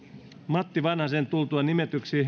matti vanhasen tultua nimitetyksi